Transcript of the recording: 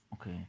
Okay